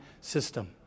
system